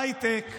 הייטק,